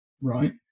Right